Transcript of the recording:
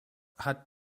hat